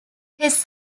his